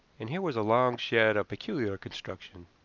and here was a long shed of peculiar construction.